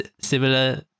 similar